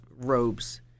robes